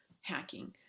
hacking